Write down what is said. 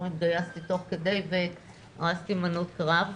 אני התגייסתי תוך כדי המלחמה וארזתי מנות קרב.